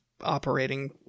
operating